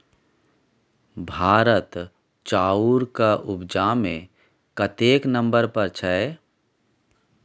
भारत चाउरक उपजा मे कतेक नंबर पर छै?